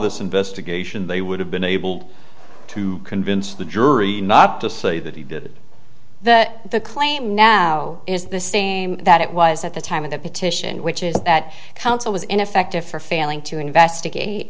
this investigation they would have been able to convince the jury not to say that he did that the claim now is the same that it was at the time of the petition which is that counsel was ineffective for failing to investigate